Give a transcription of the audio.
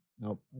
Nope